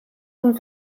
van